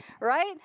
Right